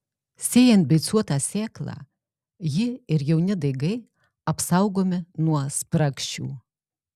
sėjant beicuotą sėklą ji ir jauni daigai apsaugomi nuo spragšių